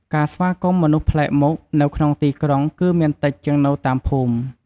ការស្វាគមន៍មនុស្សប្លែកមុខ នៅក្នុងទីក្រុង គឺមានតិចជាងនៅតាមភូមិ។